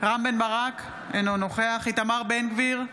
רם בן ברק, אינו נוכח איתמר בן גביר,